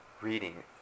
reading